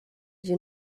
you